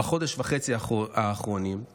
בחודש וחצי האחרונים הוא